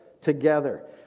together